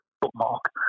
bookmark